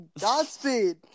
Godspeed